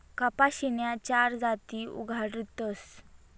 कपाशीन्या चार जाती उगाडतस